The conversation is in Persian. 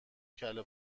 کله